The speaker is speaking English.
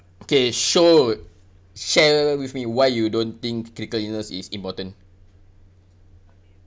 okay shod share with me why you don't think critical illness is important